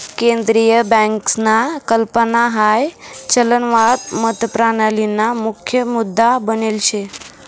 केंद्रीय बँकसना कल्पना हाई चलनवाद मतप्रणालीना मुख्य मुद्दा बनेल शे